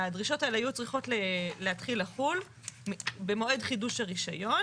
הדרישות האלה היו צריכות להתחיל לחול במועד חידוש הרישיון